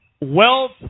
wealth